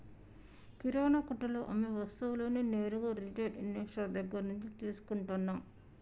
కిరణా కొట్టులో అమ్మే వస్తువులన్నీ నేరుగా రిటైల్ ఇన్వెస్టర్ దగ్గర్నుంచే తీసుకుంటన్నం